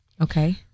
okay